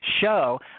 show